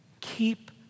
Keep